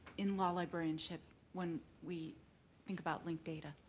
in law librarianship when we think about linked data?